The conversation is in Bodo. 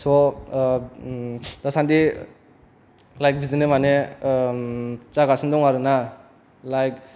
स' दासानदि लाइक बिदिनो माने जागासिनो दं आरोना लाइक